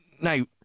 Now